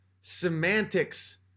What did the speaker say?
semantics